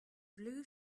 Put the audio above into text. blue